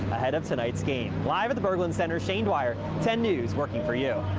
ahead of tonight's game live at the berglund center shane wire, ten news working for you.